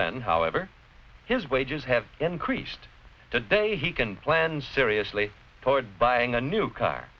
then however his wages have increased today he can plan seriously toward buying a new car